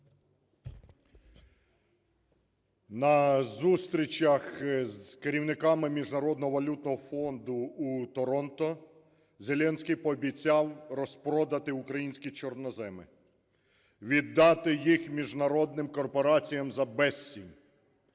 На зустрічах з керівниками Міжнародного валютного фонду у Торонто Зеленський пообіцяв розпродати українські чорноземи, віддати їх міжнародним корпораціям за безцінь.